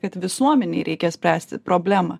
kad visuomenei reikia spręsti problemą